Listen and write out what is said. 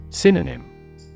Synonym